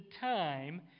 time